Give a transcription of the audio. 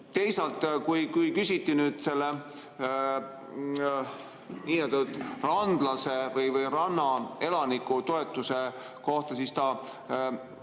Teisalt, kui temalt küsiti randlase või rannaelaniku toetuse kohta, siis ta